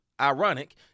Ironic